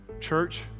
Church